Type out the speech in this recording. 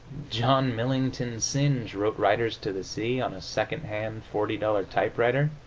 john millington synge wrote riders to the sea on a second-hand forty dollars typewriter,